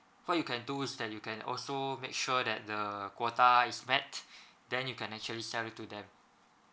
what you can do is that you can also make sure that the quota is met then you can actually sell it to them